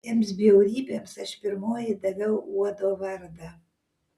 tiems bjaurybėms aš pirmoji daviau uodo vardą